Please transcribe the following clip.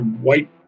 white